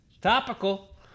Topical